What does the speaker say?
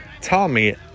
Tommy